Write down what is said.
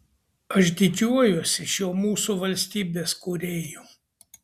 aš didžiuojuosi šiuo mūsų valstybės kūrėju